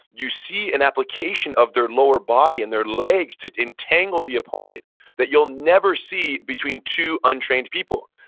you see an application of their lower body and their legs to entangle the opponent that you'll never see between two untrained people.